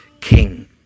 king